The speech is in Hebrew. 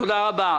תודה רבה.